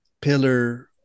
pillar